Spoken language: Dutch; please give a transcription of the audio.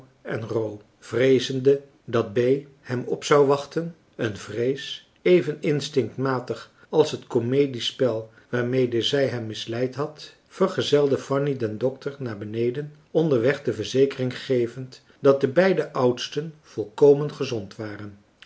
en ro vreezende dat bee hem op zou wachten een vrees even instinctmatig als het comediespel waarmede zij hem misleid had vergezelde fanny den dokter naar beneden onderweg de verzekering gevend dat de beide oudsten volkomen gezond waren